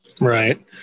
Right